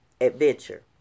adventure